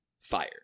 fire